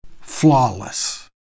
flawless